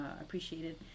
appreciated